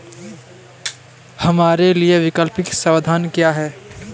हमारे लिए वैकल्पिक समाधान क्या है?